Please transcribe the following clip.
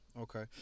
okay